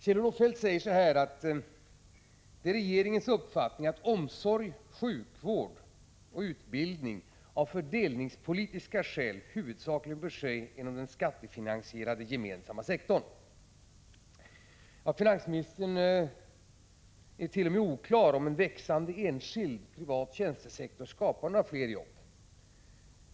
Kjell-Olof Feldt säger: ”Det är regeringens uppfattning att omsorg, sjukvård och utbildning av fördelningspolitiska skäl bör ske huvudsakligen inom den skattefinansierade gemensamma sektorn.” Finansministern är t.o.m. oklar i fråga om huruvida en växande enskild privat tjänstesektor skapar några fler jobb.